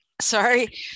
sorry